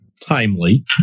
timely